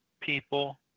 people